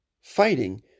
fighting